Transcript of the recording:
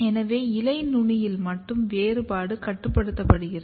எனவே இலை நுனியில் மட்டுமே வேறுபாடு கட்டுப்படுத்தப்படுகிறது